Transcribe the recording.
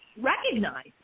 recognize